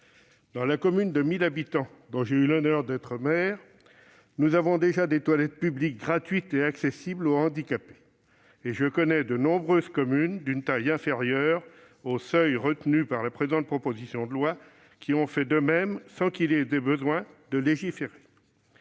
Dans la commune de 1 000 habitants dont j'ai eu l'honneur d'être maire, nous avons déjà des toilettes publiques gratuites et accessibles aux handicapés. Je connais de nombreuses communes d'une taille inférieure au seuil retenu par la présente proposition de loi qui ont fait de même sans qu'il soit besoin de légiférer.